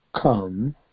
come